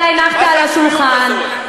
אתה הנחת על השולחן,